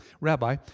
rabbi